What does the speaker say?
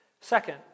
Second